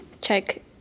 check